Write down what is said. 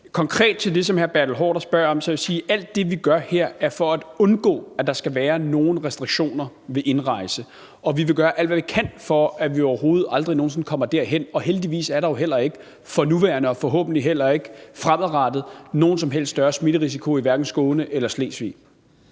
Konkret til det, som hr. Bertel Haarder spørger om, vil jeg sige, at alt det, vi gør her, er for at undgå, at der skal være nogen restriktioner ved indrejse, og vi vil gøre alt, hvad vi kan, for at vi overhovedet ikke, aldrig nogen sinde, kommer derhen. Og heldigvis er der jo heller ikke for nuværende og forhåbentlig heller ikke fremadrettet nogen som helst større smitterisiko i hverken Skåne eller Slesvig.